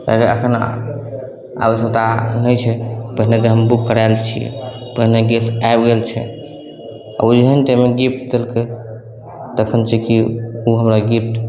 हेबै एखन आवश्यकता अहाँकेँ तऽ नहि छै पहिले तऽ बुक करैले छिए पहिले गैस आबि गेल छै आओर ओहन टाइममे गिफ्ट देलकै तखन चूँकि ओ हमरा गिफ्ट